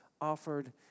offered